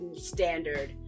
standard